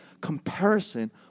comparison